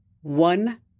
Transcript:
One